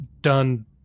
done